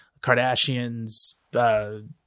Kardashians